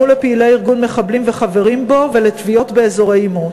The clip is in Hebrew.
לפעילי ארגון מחבלים וחברים בו ולתביעות באזורי עימות.